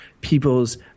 people's